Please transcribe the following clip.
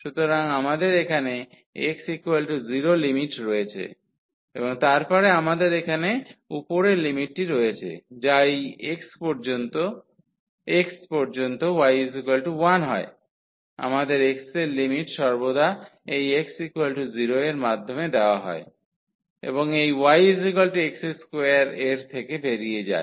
সুতরাং আমাদের এখানে x0 লিমিট রয়েছে এবং তারপরে আমাদের এখানে উপরের লিমিটটি রয়েছে যা এই x পর্যন্ত y 1 হয় আমাদের x এর লিমিট সর্বদা এই x0 এর মাধ্যমে দেওয়া হয় এবং এই yx2 এর থেকে বেরিয়ে যায়